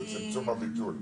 זה צמצום הביטול.